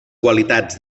qualitats